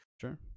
Sure